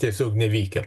tiesiog nevykę